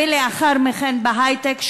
ולאחר מכן בהיי-טק,